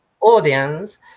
audience